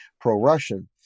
pro-Russian